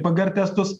pgr testus